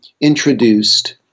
introduced